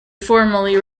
formally